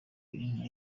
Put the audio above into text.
inka